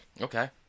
Okay